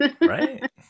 Right